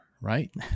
right